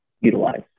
utilize